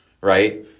right